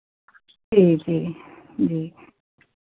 जी जी जी